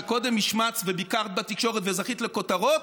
שקודם השמצת וביקרת בתקשורת וזכית לכותרות,